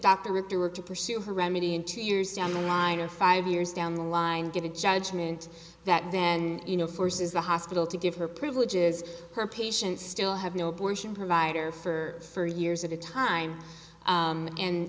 richter were to pursue her remedy in two years down the line or five years down the line get a judgment that then you know forces the hospital to give her privileges her patients still have no abortion provider for years at a time